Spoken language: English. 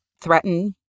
threaten